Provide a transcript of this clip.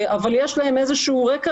אבל יש להם איזה שהוא רקע,